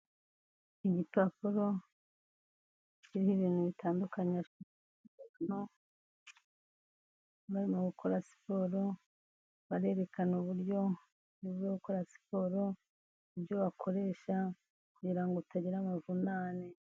Igipapuro ki ibintu bitandukanye bari mu gukora siporo barerekana uburyovuye gukora siporo ibyo bakoresha kugirango utagira amavunane.